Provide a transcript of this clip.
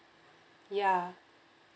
ya